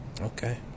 Okay